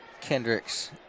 Kendricks